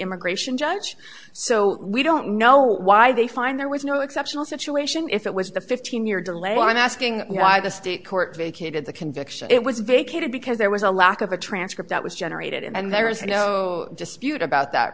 immigration judge so we don't know why they find there was no exceptional situation if it was the fifteen year delay i'm asking you why the state court vacated the conviction it was vacated because there was a lack of a transcript that was generated and there is no dispute about that